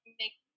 make